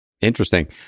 Interesting